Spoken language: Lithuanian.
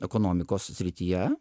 ekonomikos srityje